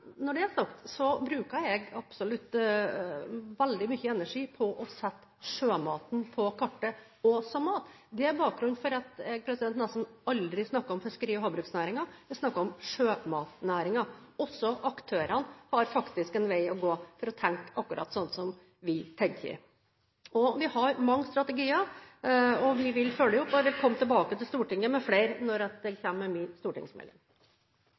når det er sagt, bruker jeg absolutt veldig mye energi på å sette sjømaten på kartet også som mat. Det er bakgrunnen for at jeg nesten aldri snakker om fiskeri- og havbruksnæringen, jeg snakker om sjømatnæringen. Også aktørene har faktisk en vei å gå for å tenke akkurat sånn som vi tenker. Vi har mange strategier, og vi vil følge opp, og jeg vil komme tilbake til Stortinget med flere når jeg kommer med min stortingsmelding.